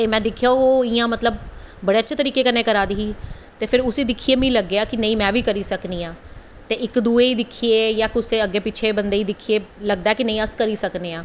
ते में दिक्खेआ ओह् बड़े अच्छे तरीके कन्नैं करा दी ही ते फिर उसी दिक्खियै मिगी लग्गेआ कि नेंई में बी करी सकनी आं ते इक दुए गी दिक्खियै जां इक दुए बंदे गी दिक्खियै नेंई कि अस करी सकने आं